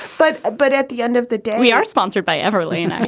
but but at the end of the day we are sponsored by ever lane